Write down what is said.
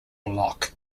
lock